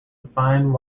refined